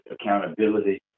accountability